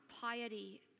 piety